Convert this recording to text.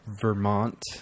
Vermont